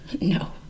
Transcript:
No